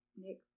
Nick